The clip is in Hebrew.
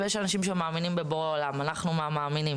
ויש אנשים שמאמינים בבורא עולם אנחנו מהמאמינים,